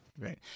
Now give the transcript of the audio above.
Right